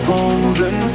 Golden